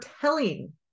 telling